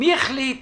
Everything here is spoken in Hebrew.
מי החליט